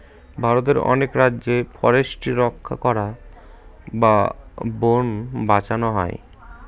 ভারতের অনেক রাজ্যে ফরেস্ট্রি রক্ষা করা বা বোন বাঁচানো হয়